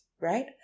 right